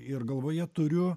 ir galvoje turiu